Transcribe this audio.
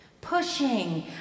Pushing